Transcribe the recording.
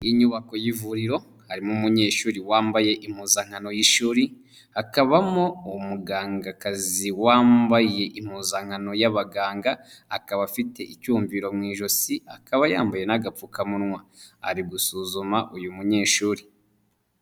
Inyubako y'ivuriro harimo umunyeshuri wambaye impuzankano y'ishuri hakabamo umugangakazi wambaye impuzankano y'abaganga, akaba afite icmviro mu ijosi akaba yambaye n'agapfukamunwa. Ari gusuzuma uyu munyeshuri.